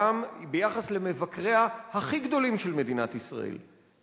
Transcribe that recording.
גם ביחס למבקריה הכי גדולים של מדינת ישראל,